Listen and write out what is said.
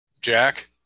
Jack